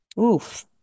Oof